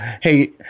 Hey